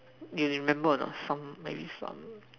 you remember or not some maybe some